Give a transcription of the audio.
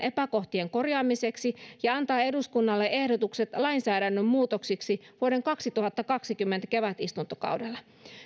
epäkohtien korjaamiseksi ja antaa eduskunnalle ehdotukset lainsäädännön muutoksiksi vuoden kaksituhattakaksikymmentä kevätistuntokaudella